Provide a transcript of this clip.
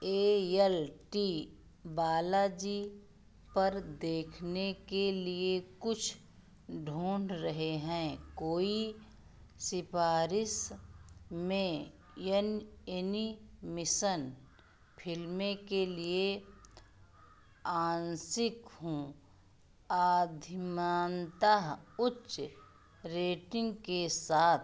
ए L T Balaji पर देखने के लिए कुछ ढूंढ रहे हैं कोई सिफारिश में एन एनिमेशन फिल्में के लिए आंशिक हूँ अधिमानतः उच्च रेटिंग के साथ